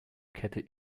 kette